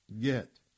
get